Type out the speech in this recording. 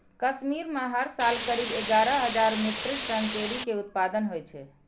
कश्मीर मे हर साल करीब एगारह हजार मीट्रिक टन चेरी के उत्पादन होइ छै